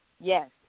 yes